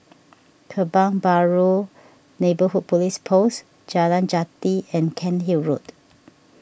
Kebun Baru Neighbourhood Police Post Jalan Jati and Cairnhill Road